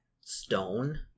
stone